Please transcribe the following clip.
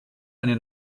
eine